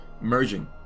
merging